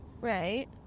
Right